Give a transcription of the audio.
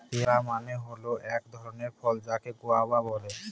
পেয়ারা মানে হয় এক ধরণের ফল যাকে গুয়াভা বলে